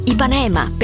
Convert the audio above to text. Ipanema